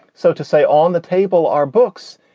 so to say on the table are books.